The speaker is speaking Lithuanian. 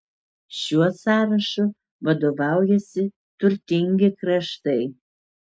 šiuo sąrašu vadovaujasi turtingi kraštai